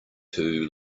too